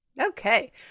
Okay